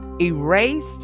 erased